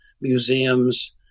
museums